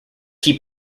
keep